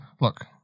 Look